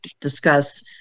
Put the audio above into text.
discuss